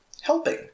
helping